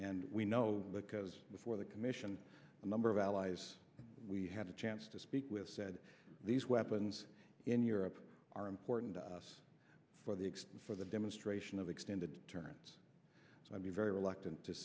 and we know because before the commission the number of allies we had a chance to speak with said these weapons in europe are important to us for the extent for the demonstration of extended terms so i'd be very reluctant to